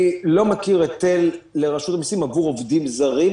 אני לא מכיר היטל לרשות המסים עבור עובדים זרים,